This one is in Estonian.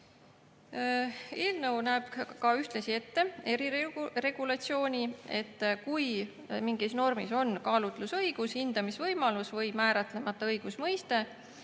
Eelnõu näeb ühtlasi ette eriregulatsiooni, et kui mingi norm sisaldab kaalutlusõigust, hindamisvõimalust või määratlemata õigusmõistet,